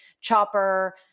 chopper